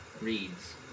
reads